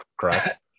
correct